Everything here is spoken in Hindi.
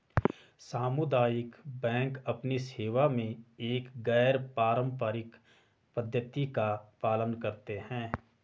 सामुदायिक बैंक अपनी सेवा में एक गैर पारंपरिक पद्धति का पालन करते हैं